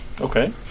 Okay